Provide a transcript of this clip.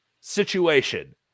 situation